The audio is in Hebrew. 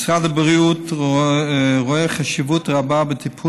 משרד הבריאות רואה חשיבות רבה בטיפול